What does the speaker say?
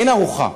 אין ארוחה.